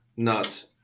Nuts